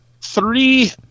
three